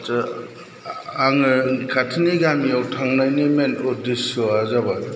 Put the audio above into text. आङो खाथिनि गामियाव थांनायनि मेन उदेस्यआ जाबाय